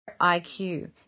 IQ